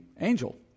angel